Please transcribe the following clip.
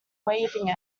waving